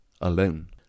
alone